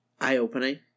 eye-opening